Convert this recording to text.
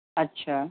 अछा